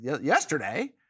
yesterday